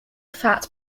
fat